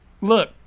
Look